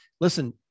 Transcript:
listen